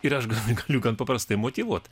ir aš galiu gan paprastai motyvuot